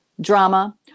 drama